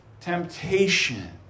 temptation